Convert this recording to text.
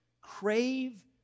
crave